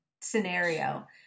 scenario